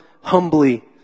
humbly